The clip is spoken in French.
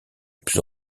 plus